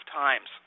times